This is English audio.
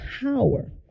power